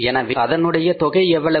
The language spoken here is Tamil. எனவே அதனுடைய தொகை எவ்வளவு